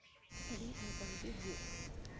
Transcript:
ᱟᱹᱰᱤ ᱱᱟᱯᱟᱭ ᱜᱮ ᱦᱩᱭᱩᱜᱼᱟ